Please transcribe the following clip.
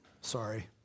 Sorry